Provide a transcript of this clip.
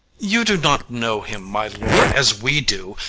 you do not know him, my lord, as we do.